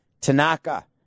Tanaka